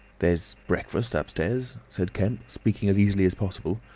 there's breakfast upstairs, said kemp, speaking as easily as possible,